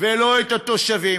ולא את התושבים,